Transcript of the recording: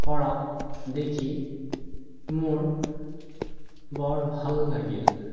কৰা দেখি মোৰ বৰ ভাল লাগিল